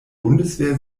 bundeswehr